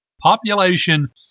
Population